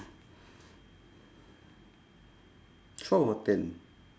twelve or ten